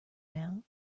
now